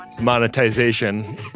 monetization